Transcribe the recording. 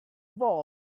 bowl